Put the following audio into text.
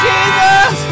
Jesus